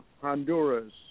Honduras